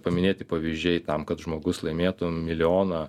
paminėti pavyzdžiai tam kad žmogus laimėtų milijoną